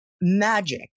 magic